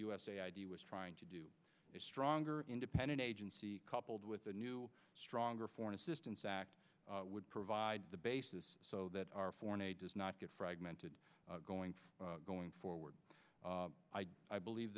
usa id was trying to do a stronger independent agency coupled with a new stronger foreign assistance act would provide the basis so that our foreign aid does not get fragmented going going forward i believe